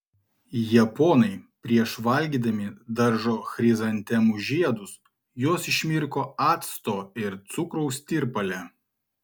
japonai prieš valgydami daržo chrizantemų žiedus juos išmirko acto ir cukraus tirpale